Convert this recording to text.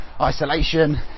isolation